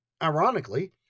Ironically